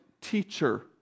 teacher